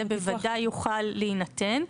זה בוודאי יוכל להינתן.